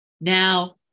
Now